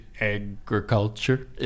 agriculture